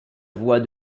voix